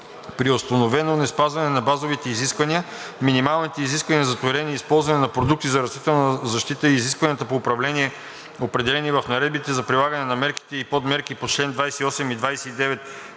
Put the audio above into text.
При установено неспазване на базовите изисквания, минималните изисквания за торене и използване на продукти за растителна защита и изискванията по управление, определени в наредбите за прилагане на мерките и подмерките по чл. 28 и 29